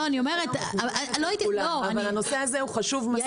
אבל הנושא הזה הוא חשוב מספיק.